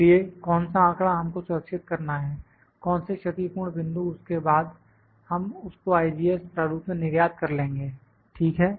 इसलिए कौन सा आंकड़ा हमको सुरक्षित करना है कौन से क्षतिपुरण बिंदु उसके बाद हम उसको IGES प्रारूप में निर्यात कर लेंगे ठीक है